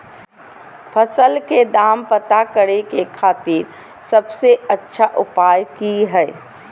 फसल के दाम पता करे खातिर सबसे अच्छा उपाय की हय?